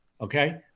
okay